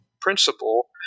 principle